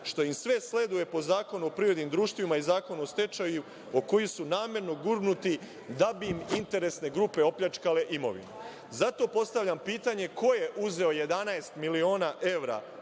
što im sve sleduje po Zakonu o privrednim društvima i Zakonu o stečaju, u koji su namerno gurnuti da bi im interesne grupe opljačkale imovinu. Zato postavljam pitanje – ko je uzeo 11 miliona evra